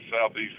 southeast